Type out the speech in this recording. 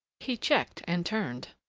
he checked and turned,